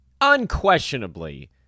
unquestionably